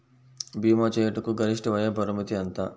భీమా చేయుటకు గరిష్ట వయోపరిమితి ఎంత?